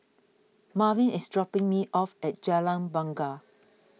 Marvin is dropping me off at Jalan Bungar